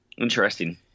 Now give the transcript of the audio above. Interesting